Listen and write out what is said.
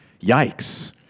yikes